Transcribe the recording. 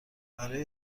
برای